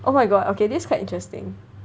oh my god okay this is quite interesting